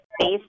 Based